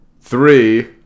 three